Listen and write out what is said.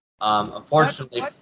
Unfortunately